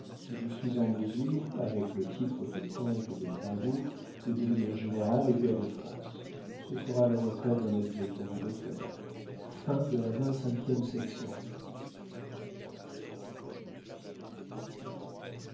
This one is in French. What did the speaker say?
je suis en mesure avec le titre de comte de brambourg de devenir général et pair de france ce sera la retraite d'un aide-de-camp du